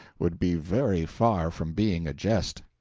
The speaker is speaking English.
would be very far from being a jest,